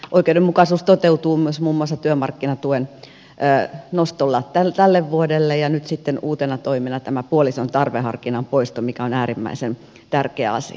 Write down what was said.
oikeudenmukaisuus toteutuu myös muun muassa työmarkkinatuen nostolla tälle vuodelle ja nyt sitten on uutena toimena tämä puolison tarveharkinnan poisto mikä on äärimmäisen tärkeä asia